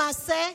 למעשה,